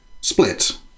split